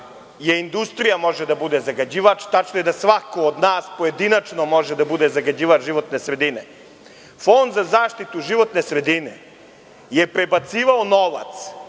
da industrija može da bude zagađivač. Tačno je da svako od nas pojedinačno može da bude zagađivač životne sredine. Fond za zaštitu životne sredine je prebacivao novac